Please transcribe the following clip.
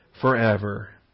forever